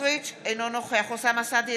אינו נוכח אוסאמה סעדי,